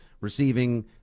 receiving